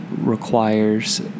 requires